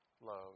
love